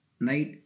Night